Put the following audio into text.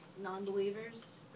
Non-believers